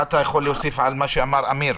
מה אתה יכול להוסיף על מה שאמר אמיר?